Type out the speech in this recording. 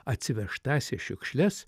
atsivežtąsias šiukšles